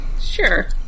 Sure